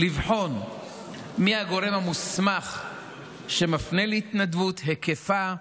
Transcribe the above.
לבחון מי הגורם המוסמך שמפנה להתנדבות, היקפה,